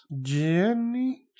jenny